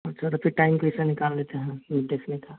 तो फिर आप टाइम कैसे निकाल लेते हैं मवी देखने का